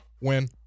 Win